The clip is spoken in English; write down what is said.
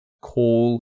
call